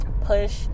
push